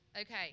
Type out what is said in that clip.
Okay